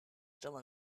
still